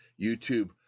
YouTube